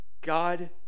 God